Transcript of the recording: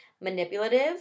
manipulative